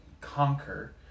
conquer